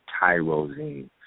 tyrosine